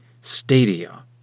stadia